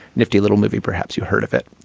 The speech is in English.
nifty little movie. perhaps you heard of it.